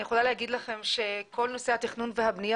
אני יכולה לומר לכם שכל נושא התכנון והבנייה